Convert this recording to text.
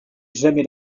jamais